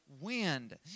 wind